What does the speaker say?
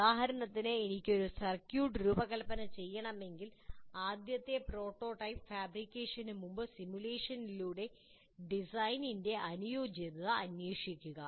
ഉദാഹരണത്തിന് എനിക്ക് ഒരു സർക്യൂട്ട് രൂപകൽപ്പന ചെയ്യണമെങ്കിൽ ആദ്യത്തെ പ്രോട്ടോടൈപ്പ് ഫാബ്രിക്കേഷന് മുമ്പ് സിമുലേഷനിലൂടെ ഡിസൈനിന്റെ അനുയോജ്യത അന്വേഷിക്കുക